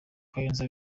kayonza